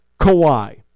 Kawhi